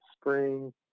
spring